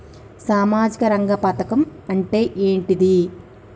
సామాజిక రంగ పథకం అంటే ఏంటిది?